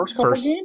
first